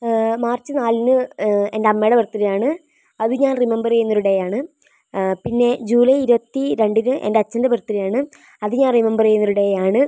March നാലിന് എൻ്റെ അമ്മയുടെ ബർത്ത്ഡേയാണ് അത് ഞാൻ റിമെംബർ ചെയ്യുന്ന ഒരു ഡേയാണ് പിന്നെ ജൂലൈ ഇരുപത്തി രണ്ടിന് എൻ്റെ അച്ഛൻ്റെ ബർത്ത്ഡേയാണ് അത് ഞാൻ റിമെംബർ ചെയ്യുന്ന ഒരു ഡേയാണ്